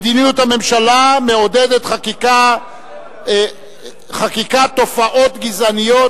מדיניות הממשלה מעודדת חקיקה ותופעות גזעניות,